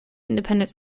independent